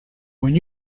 when